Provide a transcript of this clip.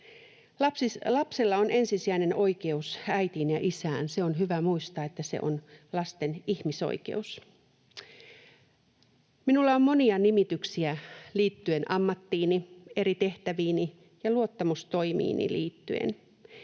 Lapsella on ensisijainen oikeus äitiin ja isään. On hyvä muistaa, että se on lasten ihmisoikeus. Minulla on monia nimityksiä liittyen ammattiini, eri tehtäviini ja luottamustoimiini.